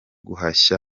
ruswa